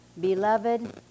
Beloved